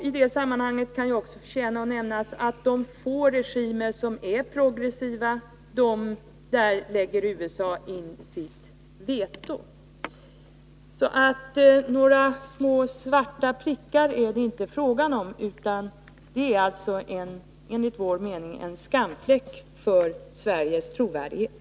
I detta sammanhang kan det också förtjäna att nämnas att när det gäller de få regimer som är progressiva lägger USA in sitt veto. Så några små svarta prickar är det inte fråga om, utan det är alltså enligt vår mening en skamfläck för Sveriges trovärdighet.